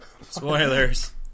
Spoilers